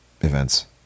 events